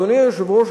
אדוני היושב-ראש,